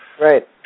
Right